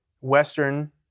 Western